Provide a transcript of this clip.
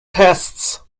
tests